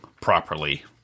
properly